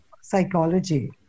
psychology